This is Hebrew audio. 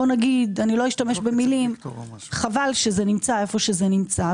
חבל שזה נמצא היכן שנמצא,